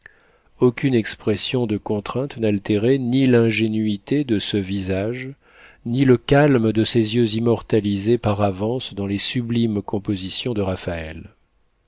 aucune expression de contrainte n'altérait ni l'ingénuité de ce visage ni le calme de ces yeux immortalisés par avance dans les sublimes compositions de raphaël